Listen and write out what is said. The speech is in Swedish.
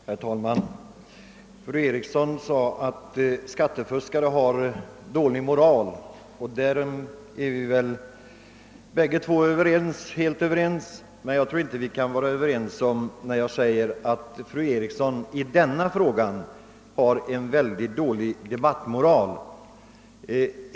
Herr talman! Fru Eriksson i Stockholm sade att skattefuskare har dålig moral, och därom är vi helt överens. Men jag måste säga — och i det stycket är väl fru Eriksson inte enig med mig — att fru Eriksson i denna fråga har en mycket dålig debattmoral.